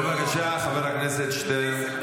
בבקשה, חבר הכנסת שטרן.